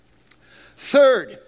Third